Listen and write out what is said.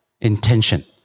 intention